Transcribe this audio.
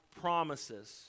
promises